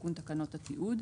תיקון תקנות התיעוד),